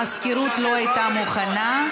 המזכירות לא הייתה מוכנה,